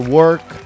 work